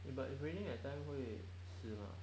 but if raining that time 会湿 mah